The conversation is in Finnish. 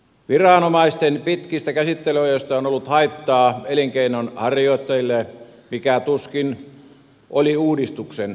viranomaisten pitkistä käsittelyajoista on ollut haittaa elinkeinonharjoittajille mikä tuskin oli uudistuksen tarkoitus